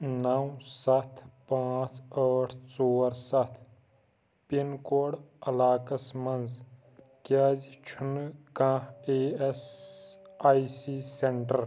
نَو سَتھ پانٛژھ ٲٹھ ژور سَتھ پِن کوڈ علاقس مَنٛز کیٛازِ چھُنہٕ کانٛہہ A S I C centre